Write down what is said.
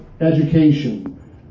education